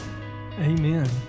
Amen